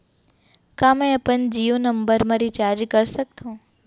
का मैं अपन जीयो नंबर म रिचार्ज कर सकथव?